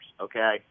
Okay